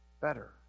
better